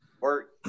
work